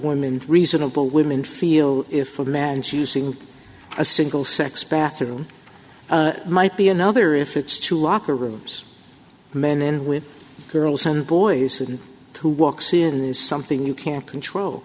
women reasonable women feel if a man's using a single sex bathroom might be another if it's to locker rooms men with girls and boys and who walks in that is something you can't control